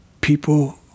people